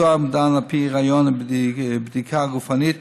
ביצוע אומדן על פי ריאיון ובדיקה גופנית,